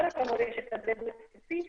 לא רק המורשת הבדואית ספציפית,